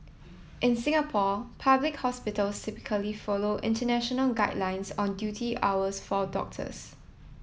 in Singapore public hospitals typically follow international guidelines on duty hours for doctors